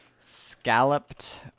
Scalloped